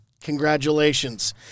congratulations